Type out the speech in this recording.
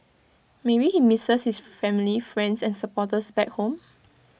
maybe he misses his family friends and supporters back home